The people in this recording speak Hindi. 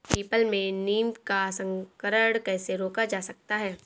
पीपल में नीम का संकरण कैसे रोका जा सकता है?